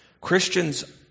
Christians